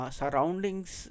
surroundings